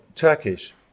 Turkish